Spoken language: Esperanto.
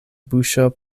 buŝo